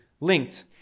linked